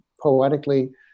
poetically